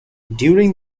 during